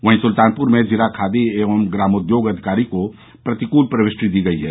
वहीं सुल्तानपुर में जिला खादी एवं ग्रामोद्योग अधिकारी को प्रतिकूल प्रविष्टि दी गई है